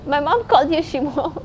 my mom called you shimo